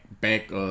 back